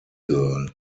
girl